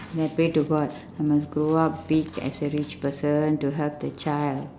then I pray to god I must grow up be as a rich person to help the child